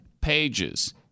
pages